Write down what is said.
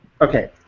Okay